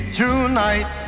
tonight